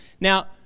Now